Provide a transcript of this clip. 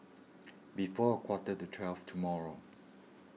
before a quarter to twelve tomorrow